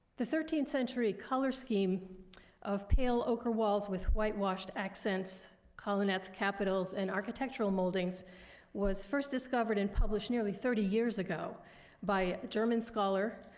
the thirteenth century color scheme of pale ocher walls with whitewashed accents, colonnettes, capitals, and architectural moldings was first discovered and published nearly thirty years ago by a german scholar,